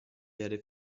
werde